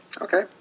okay